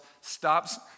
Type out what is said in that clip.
stops